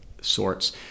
sorts